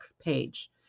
page